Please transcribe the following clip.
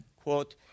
quote